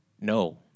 No